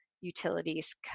Utilities